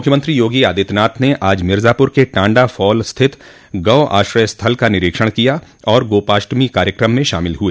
मूख्यमंत्री योगी आदित्यनाथ ने आज मिर्ज़ापूर के टांडा फाल स्थित गौ आश्रय स्थल का निरीक्षण किया और गोपाष्टमी कार्यकम में शामिल हुए